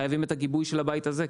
חייבים את הגיבוי של הבית הזה.